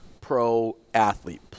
pro-athlete